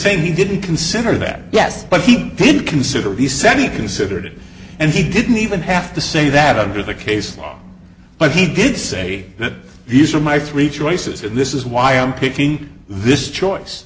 say he didn't consider that yes but he did consider the said he considered it and he didn't even have to say that under the case law but he did say that these are my three choices and this is why i'm picking this choice